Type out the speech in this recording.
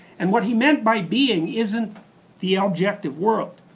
and what he meant by being isn't the objective world.